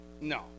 No